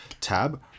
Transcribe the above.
tab